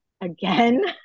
Again